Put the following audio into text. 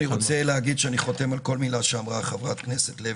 שאני חותם על כל מילה שאמרה כרגע חברת הכנסת לוי.